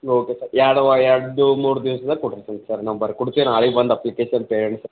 okay sir ಎರಡು ಮೂರು ದಿವ್ಸ್ದಲ್ಲಿ ಕೊಡುತ್ತೀನ್ ಸರ್ ನಾನು ಬರ್ಕೊಡ್ತೀನಿ ನಾಳೆಗ್ ಬಂದು ಅಪ್ಲಿಕೇಶನ್ ಪೇರೆಂಟ್ಸ್